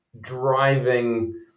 driving